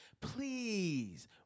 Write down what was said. please